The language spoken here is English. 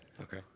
Okay